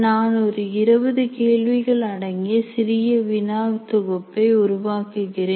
நான் ஒரு 20 கேள்விகள் அடங்கிய சிறிய வினா தொகுப்பை உருவாக்குகிறேன்